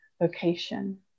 vocation